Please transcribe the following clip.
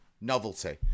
novelty